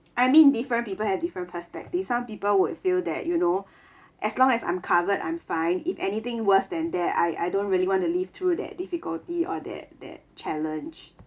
I mean different people have different perspectives some people will feel that you know as long as I'm covered I'm fine if anything worse than that I I don't really want to live through that difficulty or that that challenge